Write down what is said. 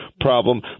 problem